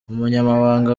umunyamabanga